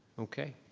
okay.